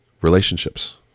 relationships